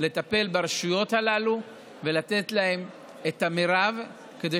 בלטפל ברשויות הללו ולתת להן את המרב כדי